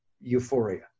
euphoria